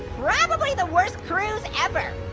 probably the worst cruise ever.